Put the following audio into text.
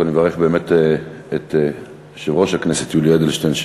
קודם כול נברך באמת את יושב-ראש הכנסת יולי אדלשטיין,